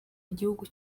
igihugu